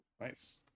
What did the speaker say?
nice